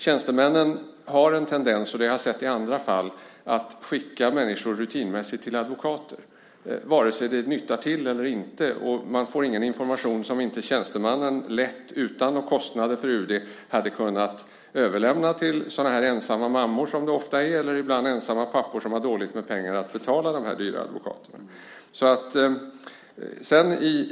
Tjänstemännen har en tendens - det har jag sett också i andra fall - att rutinmässigt skicka människor till advokater, vare sig det nyttar någonting till eller inte. Man får ingen information som inte tjänstemannen lätt och utan kostnader för UD hade kunnat överlämna till sådana här ensamma mammor, som det ofta är, eller ibland ensamma pappor som har dåligt med pengar att betala dessa dyra advokater med.